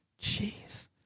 jeez